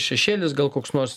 šešėlis gal koks nors